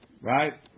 right